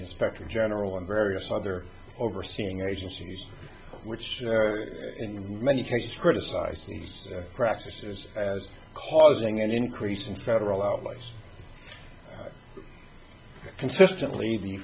inspector general and various other overseeing agencies which in many cases criticized these practices as causing an increase in federal outlays consistently